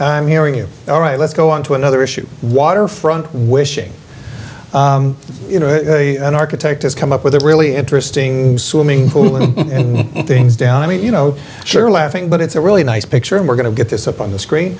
i'm hearing you all right let's go on to another issue waterfront wishing an architect has come up with a really interesting swimming pool and things down i mean you know you're laughing but it's a really nice picture and we're going to get this up on the screen